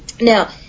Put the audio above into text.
Now